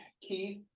keith